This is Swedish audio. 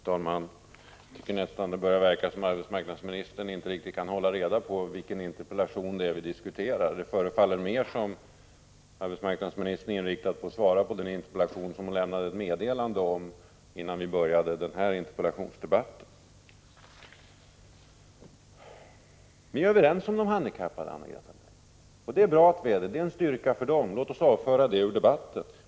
Fru talman! Jag tycker nästan att det börjar verka som om arbetsmarknadsministern inte riktigt kan hålla reda på vilken interpellation det är vi diskuterar. Det förefaller som om arbetsmarknadsministern är mer inriktad på att svara på den interpellation som hon lämnade ett meddelande om innan vi började den här interpellationsdebatten. Vi är överens om de handikappade, Anna-Greta Leijon! Och det är bra, det är en styrka för dem. Låt oss avföra det ämnet ur debatten.